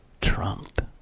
Trump